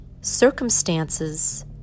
circumstances